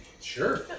Sure